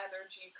energy